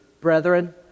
brethren